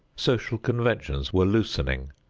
social conventions were loosening,